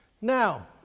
Now